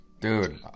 Dude